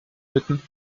bitten